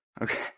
Okay